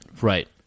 Right